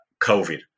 COVID